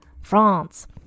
France